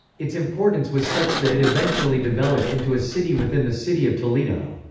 its importance was such that it eventually developed into a city within the city of toledo.